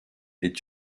est